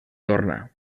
torna